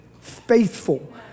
faithful